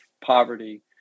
poverty